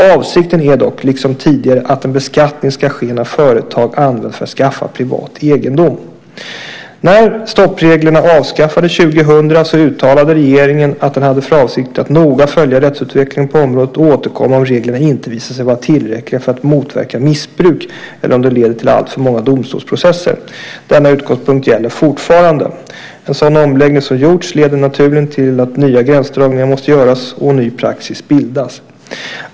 Avsikten är dock, liksom tidigare, att en beskattning ska ske när företag används för att skaffa privat egendom. När stoppreglerna avskaffades 2000 uttalade regeringen att den hade för avsikt att noga följa rättsutvecklingen på området och återkomma om reglerna inte visade sig vara tillräckliga för att motverka missbruk eller om de visade sig leda till alltför många domstolsprocesser. Denna utgångspunkt gäller fortfarande. En sådan omläggning som gjorts leder naturligen till att nya gränsdragningar måste göras och ny praxis bildas.